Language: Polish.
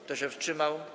Kto się wstrzymał?